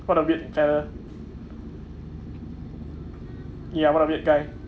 what a weird fella ya what a weird guy